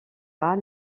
pas